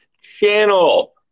channel